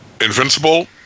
Invincible